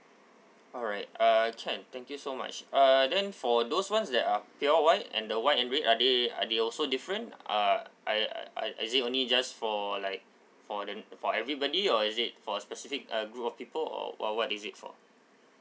alright uh can thank you so much uh then for those ones that are pure white and the white and red are they are they also different uh I I is it only just for like for the for everybody or is it for a specific uh group of people or what what is it for